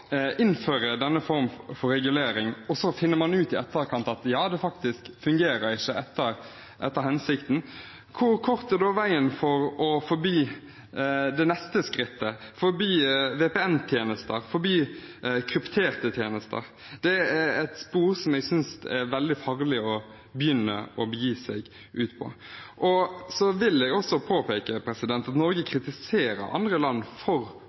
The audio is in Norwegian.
innføre denne formen for regulering og man finner ut i etterkant at det faktisk ikke fungerer etter hensikten – hvor kort er da veien til å forby det neste skrittet, forby VPN-tjenester, forby krypterte tjenester? Det er et spor som jeg synes er veldig farlig å begi seg ut på. Jeg vil også påpeke at Norge kritiserer andre land for